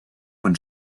when